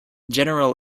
general